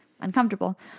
uncomfortable